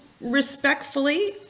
respectfully